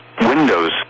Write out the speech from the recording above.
windows